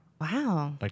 Wow